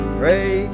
pray